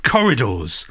Corridors